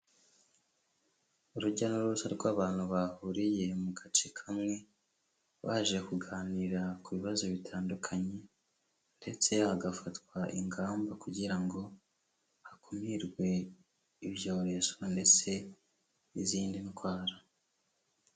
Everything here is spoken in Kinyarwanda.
Urujya n'uruza rw'abantu bahuriye mu gace kamwe baje kuganira ku bibazo bitandukanye, ndetse hagafatwa ingamba kugira ngo hakumirwe ibyorezo ndetse n'izindi ndwara.